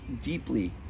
deeply